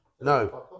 no